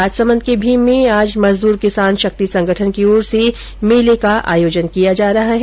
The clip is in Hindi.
राजसमंद के भीम में आज मजदूर किसान शक्ति संगठन की ओर से मेले का आयोजन किया जा रहा है